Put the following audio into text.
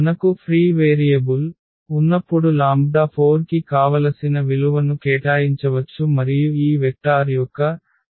మనకు free variable ఉన్నప్పుడు lambda 4 కి కావలసిన విలువను కేటాయించవచ్చు మరియు ఈ వెక్టార్ యొక్క ప్రాతినిధ్యం కూడా మారుతుంది